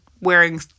wearing